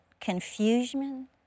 confusion